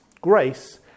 Grace